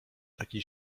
takiej